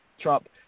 Trump